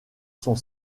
sont